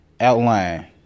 outline